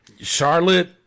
Charlotte